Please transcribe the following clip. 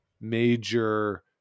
major